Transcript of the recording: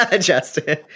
Justin